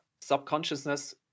subconsciousness